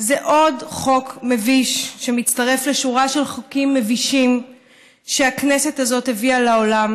זה עוד חוק מביש שמצטרף לשורה של חוקים מבישים שהכנסת הזאת הביאה לעולם.